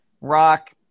rock